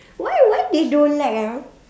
why why they don't like ah